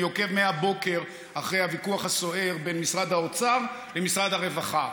אני עוקב מהבוקר אחרי הוויכוח הסוער בין משרד האוצר למשרד הרווחה.